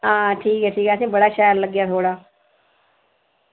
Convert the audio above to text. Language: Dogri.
हां ठीक ऐ ठीक ऐ असेंगी बड़ा शैल लग्गेआ थुआढ़ा